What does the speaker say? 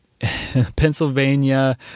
Pennsylvania